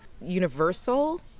universal